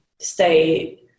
stay